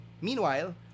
Meanwhile